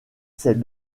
ses